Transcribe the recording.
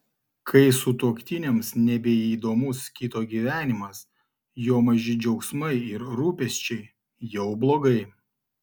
kai sutuoktiniams nebeįdomus kito gyvenimas jo maži džiaugsmai ir rūpesčiai jau blogai